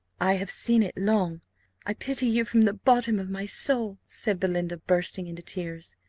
i have seen it long i pity you from the bottom of my soul, said belinda, bursting into tears.